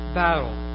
battle